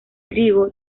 trigo